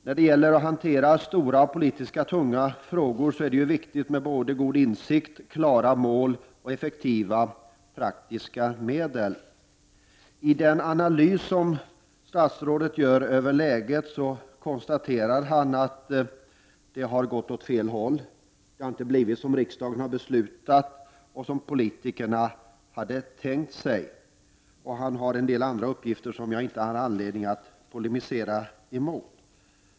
När det gäller att hantera tunga politiska frågor är det viktigt med både god insikt, klara mål och effektiva praktiska medel. I den analys som statsrådet gör av läget konstaterar han att det har gått åt fel håll. Det har inte blivit som riksdagen har beslutat och som politikerna hade tänkt sig. Han lämnar också en del andra uppgifter som jag inte har anledning att polemisera emot.